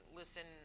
listen